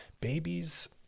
Babies